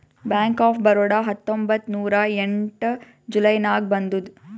bank of Baroda ಹತ್ತೊಂಬತ್ತ್ ನೂರಾ ಎಂಟ ಜುಲೈ ನಾಗ್ ಬಂದುದ್